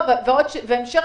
אנחנו בסוף סגר